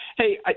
Hey